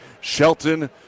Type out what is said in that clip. Shelton